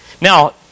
Now